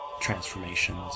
Transformations